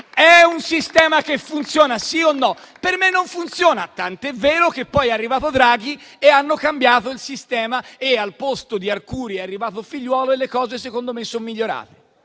È un sistema che funziona questo, sì o no? Per me non funzionava; tanto è vero che poi è arrivato Draghi, hanno cambiato il sistema, al posto di Arcuri è arrivato Figliuolo e le cose, secondo me, sono migliorate.